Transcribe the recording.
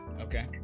Okay